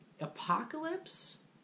Apocalypse